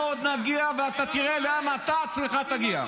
אנחנו עוד נגיע ואתה תראה לאן אתה עצמך תגיע.